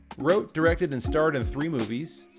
wrote, directed and starred in three movies,